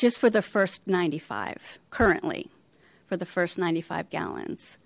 just for the first ninety five currently for the first ninety five gallons